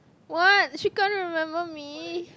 what she can't remember me